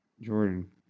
Jordan